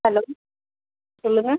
hello சொல்லுங்கள்